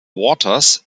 waters